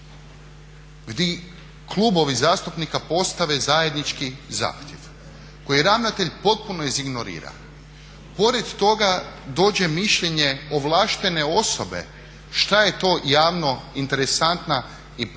gdje klubovi zastupnika postave zajednički zahtjev koji ravnatelj potpuno izignorira. Pored toga dođe mišljenje ovlaštene osobe šta je to javno interesantna informacija